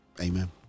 Amen